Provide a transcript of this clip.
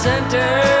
Center